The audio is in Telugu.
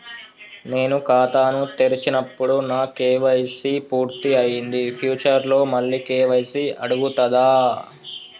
నేను ఖాతాను తెరిచినప్పుడు నా కే.వై.సీ పూర్తి అయ్యింది ఫ్యూచర్ లో మళ్ళీ కే.వై.సీ అడుగుతదా?